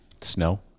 snow